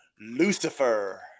lucifer